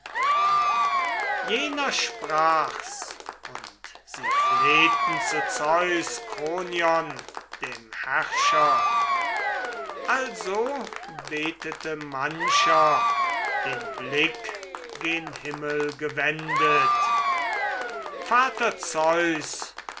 jener sprach's und sie flehten zu zeus kronion dem herrscher also betete mancher den blick gen himmel gewendet vater zeus